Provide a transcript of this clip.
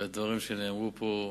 הדברים שנאמרו פה,